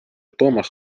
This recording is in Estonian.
toomas